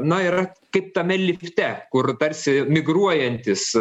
na yra kaip tame lifte kur tarsi migruojantys